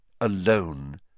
alone